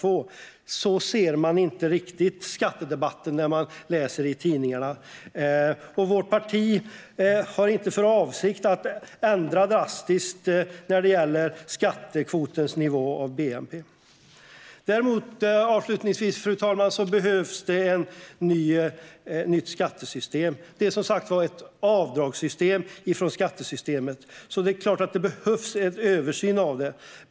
Så ser skattedebatten inte riktigt ut när man läser tidningarna. Vårt parti har inte för avsikt att drastiskt ändra skatternas andel av bnp. Redovisning av skatteutgifter 2018 Däremot behövs det avslutningsvis, fru talman, ett nytt skattesystem. Det finns som sagt ett avdragssystem i skattesystemet, så det är klart att det behövs en översyn.